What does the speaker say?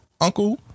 Uncle